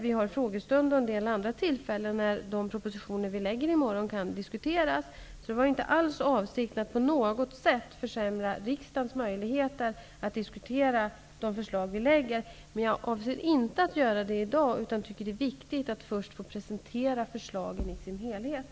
Vi har frågestunder och en del andra tillfällen när de propositioner vi lägger fram i morgon kan diskuteras. Avsikten var inte att på något sätt försämra riksdagens möjligheter att diskutera de förslag vi lägger fram. Men jag avser inte att diskutera dem i dag. Jag tycker att det är viktigt att först få presentera förslagen i sin helhet.